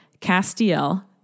Castiel